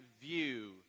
view